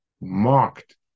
marked